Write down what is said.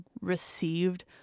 received